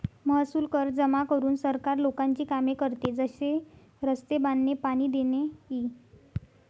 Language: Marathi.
महसूल कर जमा करून सरकार लोकांची कामे करते, जसे रस्ते बांधणे, पाणी देणे इ